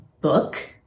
book